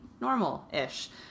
normal-ish